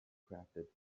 crafted